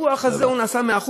הפיקוח הזה, הוא נעשה במאה אחוז,